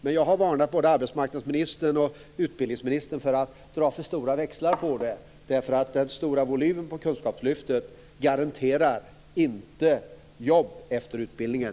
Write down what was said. Men jag har varnat både arbetsmarknadsministern och utbildningsministern för att dra för stora växlar på det, därför att den stora volymen på kunskaplyftet garanterar inte jobb efter utbildningen.